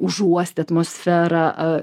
užuosti atmosferą